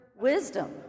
wisdom